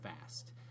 fast